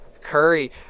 Curry